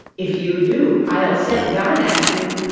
if you do. i'll set dinah at you